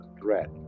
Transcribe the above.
threat